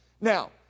Now